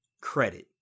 Credit